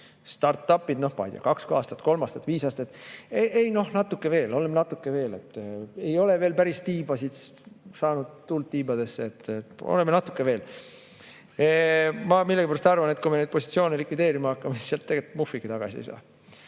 aastat, kolm aastat, viis aastat, siis vastati, et ei, noh, natuke veel, oleme natuke veel, ei ole veel päris tuult saanud tiibadesse, oleme natuke veel. Ma millegipärast arvan, et kui me neid positsioone likvideerima hakkame, siis sealt tegelikult muhvigi tagasi ei saa.